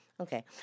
Okay